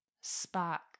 spark